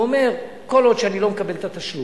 הוא אומר, כל עוד אני לא מקבל את התשלום,